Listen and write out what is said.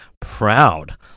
proud